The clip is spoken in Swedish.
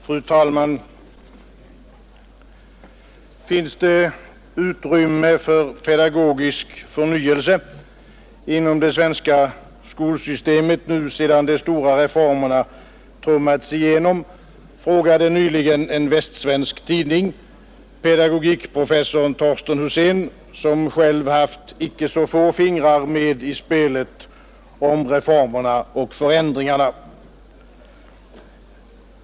Fru talman! Finns det utrymme för pedagogisk förnyelse inom det svenska skolsystemet nu sedan de stora reformerna trummats igenom? frågade nyligen en västsvensk tidning pedagogikprofessorn Torsten Husén, som själv haft icke så få fingrar med i spelet om reformerna och förändringarna.